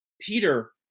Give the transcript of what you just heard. Peter